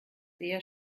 eher